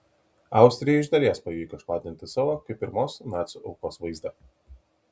austrijai iš dalies pavyko išplatinti savo kaip pirmos nacių aukos vaizdą